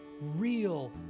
real